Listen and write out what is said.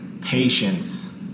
patience